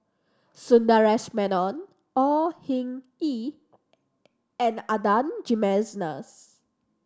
Sundaresh Menon Au Hing Yee and Adan Jimenez